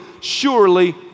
surely